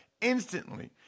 instantly